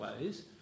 ways